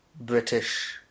British